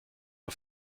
der